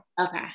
Okay